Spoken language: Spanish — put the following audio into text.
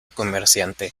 comerciante